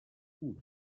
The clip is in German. gut